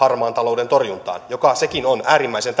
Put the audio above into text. harmaan talouden torjuntaan joka sekin on äärimmäisen